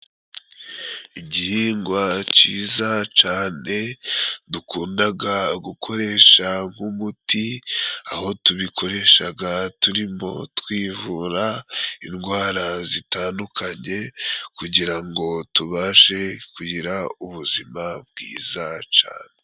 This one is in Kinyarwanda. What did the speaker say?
Igihingwa ciza cane dukundaga gukoresha nk'umuti, aho tubikoreshaga turimo twivura indwara zitandukanye, kugira ngo tubashe kugira ubuzima bwiza cane.